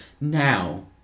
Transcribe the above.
now